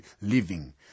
living